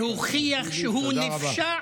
שהוכיח שהוא נפשע,